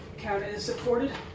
cabinet is supported.